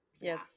Yes